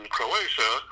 Croatia